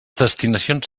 destinacions